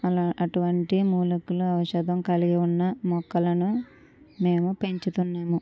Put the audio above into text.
అలా అటువంటి మూలికలు ఔషధం కలిగి ఉన్న మొక్కలను మేము పెంచుతున్నాము